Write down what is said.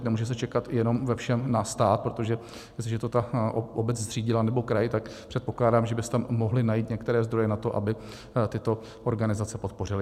Nemůže se čekat jenom ve všem na stát, protože jestliže to ta obec zřídila, nebo kraj, tak předpokládám, že by se tam i mohly najít některé zdroje na to, aby tyto organizace podpořily.